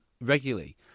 regularly